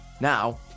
now